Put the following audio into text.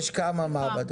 יש כמה מעבדות.